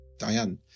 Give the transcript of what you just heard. diane